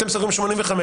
אתם סוגרים 85%,